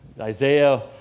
Isaiah